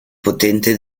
potente